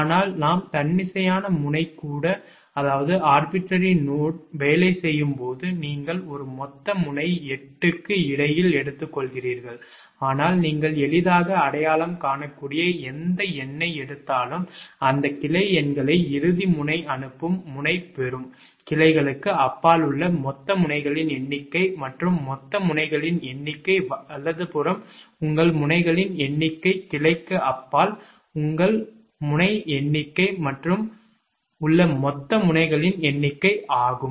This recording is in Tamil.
ஆனால் நாம் தன்னிச்சையான முனை கூட வேலை செய்யும் போது நீங்கள் ஒரு மொத்த முனை 8 க்கு இடையில் எடுத்துக்கொள்கிறீர்கள் ஆனால் நீங்கள் எளிதாக அடையாளம் காணக்கூடிய எந்த எண்ணை எடுத்தாலும் அந்த கிளை எண்களை இறுதி முனை அனுப்பும் முனை பெறும் கிளைகளுக்கு அப்பால் உள்ள மொத்த முனைகளின் எண்ணிக்கை மற்றும் மொத்த முனைகளின் எண்ணிக்கை வலதுபுறம் உங்கள் முனைகளின் எண்ணிக்கை கிளைக்கு அப்பால் உங்கள் முனை எண்ணிக்கை மற்றும் வலதுபுறத்தில் உள்ள மொத்த முனைக்களின் எண்ணிக்கை ஆகும்